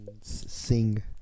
sing